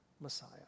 Messiah